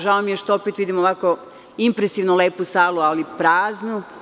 Žao mi je što opet vidim ovako impresivno lepu salu, ali praznu.